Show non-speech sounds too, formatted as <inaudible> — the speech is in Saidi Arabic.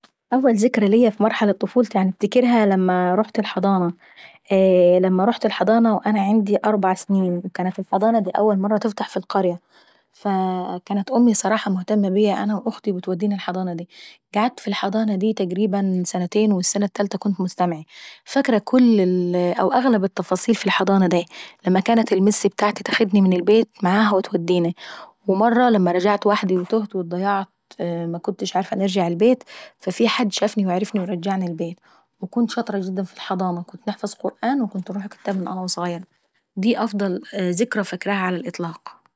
اول ذكرى ليا في مرحلة طفولتي بافتكرها لما كنت انروح الحضانة. لما رحت الحضانة كان عيندي اربع سنين وكانت الحضانة داي اول مرة تفتح في القرية، <hesitation> كانت امي صراحة مهتمة بيا انا واختي وبتوديني الحضانة داي. قعدت في الحضانة دي تقريبا سنتين والسنة التالة كنت مستمعي. فاكرة كل <hesitation> او اغلب التفاصيل في الحضانة داي. لما كانت المس ابتاعتي تاخدني من البيت معاها وتوديناي. ومرة لما رجعت وحداي وتوهت واتضيعت ومكنتش عارفة نرجع البيت ففي حد شافني وعرفني ورجعني البيت. فكنت شاطرة جدا في الحضانة كنت نحفظ قرآن وكنت انروح الكتاب من وانان وظغية. فدي افضل ذكرى ليا ع الاطلاق.